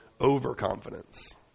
overconfidence